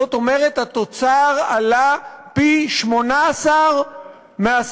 זאת אומרת, התוצר עלה פי-18 מהשכר.